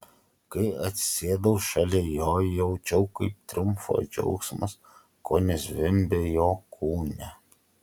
kai atsisėdau šalia jo jaučiau kaip triumfo džiaugsmas kone zvimbia jo kūne